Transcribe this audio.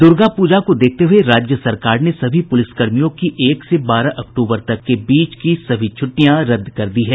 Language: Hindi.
दुर्गा पूजा को देखते हुए राज्य सरकार ने सभी पुलिसकर्मियों की एक से बारह अक्टूबर तक के बीच की सभी छुट्टियां रद्द कर दी है